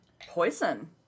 poison